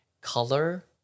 color